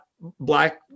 black